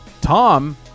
Tom